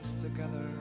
together